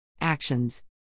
actions